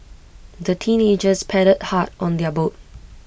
the teenagers paddled hard on their boat